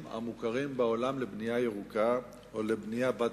המוכרים בעולם לבנייה ירוקה או לבנייה בת-קיימא.